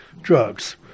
drugs